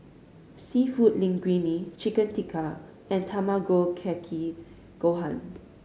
Seafood Linguine Chicken Tikka and Tamago Kake Gohan